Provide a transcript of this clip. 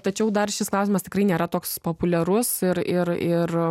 tačiau dar šis klausimas tikrai nėra toks populiarus ir ir ir